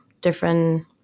different